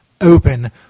open